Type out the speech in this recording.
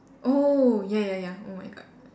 oh ya ya ya oh my god